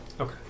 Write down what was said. Okay